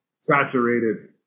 saturated